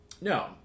No